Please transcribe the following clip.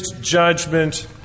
judgment